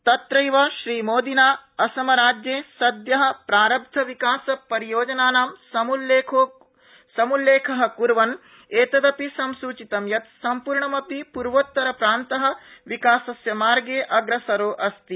तत्रैव श्रीमोदिना असमराज्ये सघ प्रारम्भित विकासपरियोजनानां समुल्लेख कुर्बन एतदपि संसूचित यत् सम्पूर्णमपिपूर्वोत्तर प्रान्त विकासस्य मार्गे अग्रसरोऽस्ति